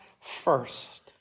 first